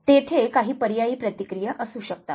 तेथे काही पर्यायी प्रतिक्रिया असू शकतात